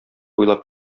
буйлап